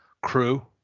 crew